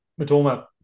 Matoma